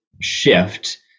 shift